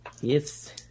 Yes